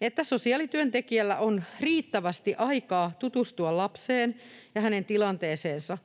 että sosiaalityöntekijällä on riittävästi aikaa tutustua lapseen ja hänen tilanteeseensa.